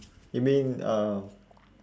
you mean uh